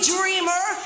Dreamer